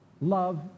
love